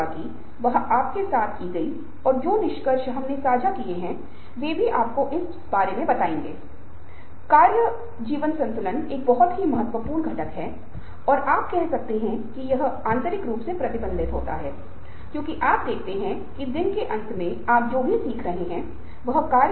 इसलिए १९९५ में Tata steel T A T A Steel के वार्षिक कैलेंडर में सही ढंग से काम करने के लिए शीर्ष इच्छा जीतने की इच्छा का उल्लेख किया गया है और इस आत्म प्रेरणा को जब आप सफलता की कुंजी के बारे में बात करते हैं तो आप स्वयं को जान सकते हैं कि मै कौन हूँ